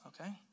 okay